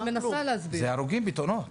זה הרוגים בתאונות.